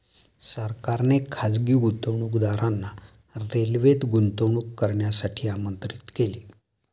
सरकारने खासगी गुंतवणूकदारांना रेल्वेत गुंतवणूक करण्यासाठी आमंत्रित केले